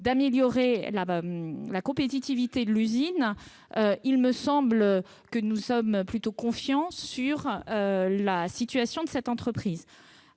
d'améliorer la compétitivité de l'usine. Nous sommes donc plutôt confiants sur la situation de cette entreprise.